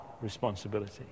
responsibility